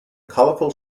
colorful